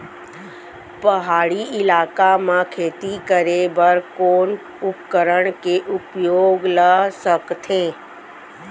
पहाड़ी इलाका म खेती करें बर कोन उपकरण के उपयोग ल सकथे?